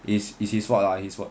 is is is his fault lah his fault